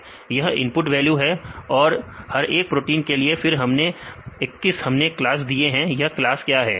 यह 20 input value है हर एक प्रोटीन के लिए तो फिर 21 हमने क्लास दिया यह क्लास क्या है